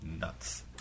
Nuts